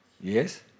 Yes